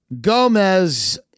Gomez